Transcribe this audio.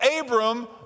Abram